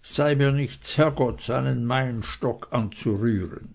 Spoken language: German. sei mir nicht ds hergetts einen meienstock anzurühren